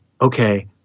okay